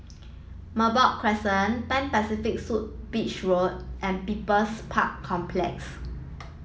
Merbok Crescent Pan Pacific Suite Beach Road and People's Park Complex